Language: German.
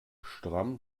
stramm